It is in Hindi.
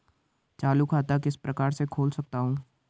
चालू खाता किस प्रकार से खोल सकता हूँ?